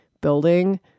building